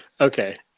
Okay